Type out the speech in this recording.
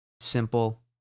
Simple